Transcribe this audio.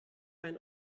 ein